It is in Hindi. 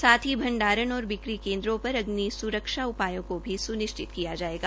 साथ ही भंडारण और बिक्री पर अग्नि स्रक्षा उपायों को भी सुनिश्चित किया जायेगा